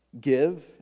Give